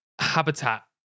Habitat